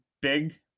big